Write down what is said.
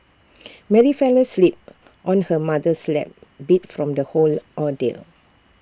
Mary fell asleep on her mother's lap beat from the whole ordeal